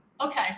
Okay